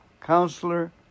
Counselor